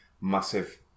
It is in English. massive